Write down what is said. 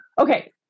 Okay